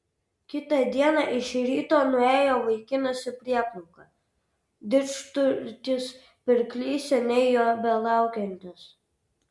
kitą dieną iš ryto nuėjo vaikinas į prieplauką didžturtis pirklys seniai jo belaukiantis